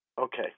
okay